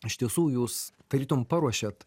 iš tiesų jūs tarytum paruošėt